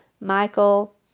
Michael